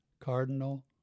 Cardinal